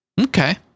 Okay